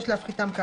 על 10 שקלים,